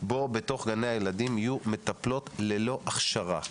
שבו בתוך גני הילדים יהיו מטפלות ללא הכשרה.